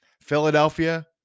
Philadelphia